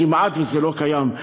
כמעט זה לא קיים.